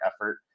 effort